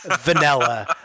vanilla